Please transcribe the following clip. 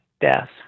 death